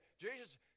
Jesus